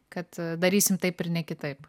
kad darysim taip ir ne kitaip